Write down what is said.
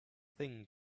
thing